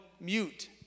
mute